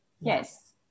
Yes